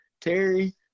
Terry